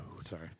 Sorry